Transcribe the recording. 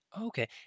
Okay